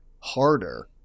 harder